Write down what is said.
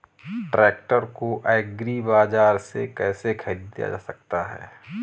Tractor को agri बाजार से कैसे ख़रीदा जा सकता हैं?